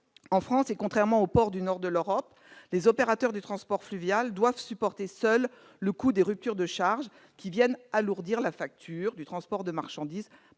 en France, contrairement aux ports du nord de l'Europe, les opérateurs de transport fluvial doivent supporter seuls le coût des ruptures de charge, ce qui alourdit la facture du transport de marchandises